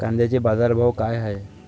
कांद्याचे बाजार भाव का हाये?